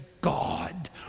God